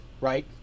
right